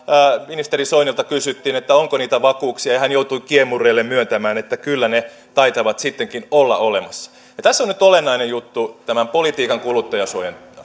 ministeri soinilta kysyttiin onko niitä vakuuksia ja hän joutui kiemurrellen myöntämään että kyllä ne taitavat sittenkin olla olemassa tässä on nyt olennainen juttu politiikan kuluttajansuojan